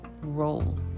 role